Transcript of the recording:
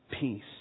peace